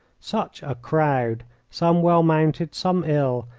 such a crowd, some well mounted, some ill,